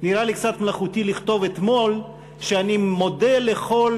נראה לי קצת מלאכותי לכתוב אתמול שאני מודה לכל